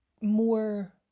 more